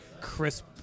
crisp